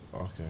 okay